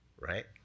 right